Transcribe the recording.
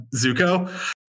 Zuko